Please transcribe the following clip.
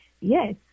Yes